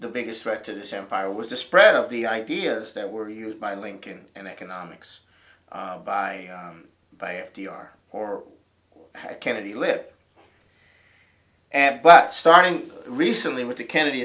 the biggest threat to this empire was the spread of the ideas that were used by lincoln and economics by by a d r or kennedy lip and but starting recently with the kennedy